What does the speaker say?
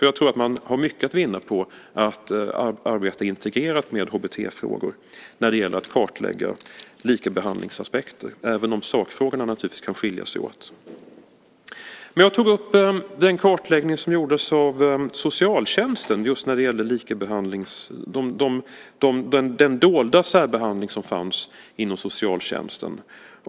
Jag tror att man har mycket att vinna på att arbeta integrerat med HBT-frågor när det gäller att kartlägga likabehandlingsaspekter, även om sakfrågorna naturligtvis kan skilja sig åt. Jag tog upp den kartläggning som gjordes av den dolda särbehandling som fanns inom socialtjänsten.